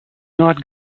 not